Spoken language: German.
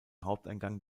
haupteingang